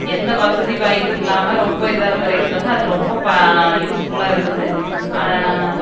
எந்த வசதி வாய்ப்பும் இல்லாமல் ரொம்ப இதாக இருக்கிறவிகளுக்கு வந்து அது ரொம்ப ப யூஸ்ஃபுல்லாக இருக்குது